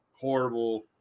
horrible